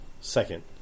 Second